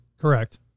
Correct